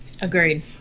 Agreed